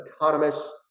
autonomous